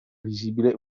visibile